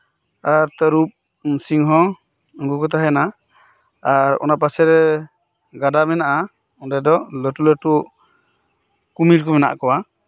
ᱟᱨ ᱛᱟᱹᱨᱩᱵ ᱥᱤᱝᱦᱚ ᱩᱱᱠᱩ ᱠᱚ ᱛᱟᱦᱮᱱᱟ ᱟᱨ ᱚᱱᱟ ᱯᱟᱥᱮᱨᱮ ᱜᱟᱰᱟ ᱢᱮᱱᱟᱜᱼᱟ ᱚᱸᱰᱮ ᱫᱚ ᱞᱟᱹᱴᱩ ᱞᱟᱹᱴᱩ ᱠᱩᱢᱤᱨ ᱠᱚ ᱢᱮᱱᱟᱜ ᱟᱠᱟᱫ ᱠᱚᱣᱟ